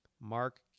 Mark